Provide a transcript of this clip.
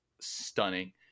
stunning